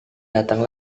datang